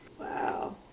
Wow